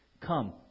Come